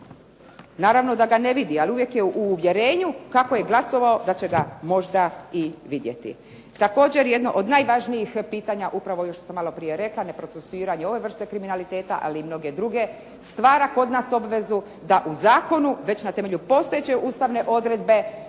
Naravno da ga ne vidi, ali uvijek je u uvjerenju kako je glasova da će ga možda i vidjeti. Također jedno od najvažnijih pitanja, upravo kao što sam rekla ne procesuiranje ove vrste kriminaliteta ali i mnoge druge, stvara kod nas obvezu da u Zakonu već na temelju postojeće ustavne odredbe